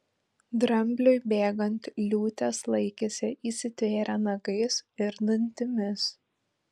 drambliui bėgant liūtės laikėsi įsitvėrę nagais ir dantimis